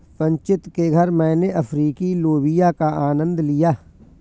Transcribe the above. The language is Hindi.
संचित के घर मैने अफ्रीकी लोबिया का आनंद लिया